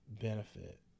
benefit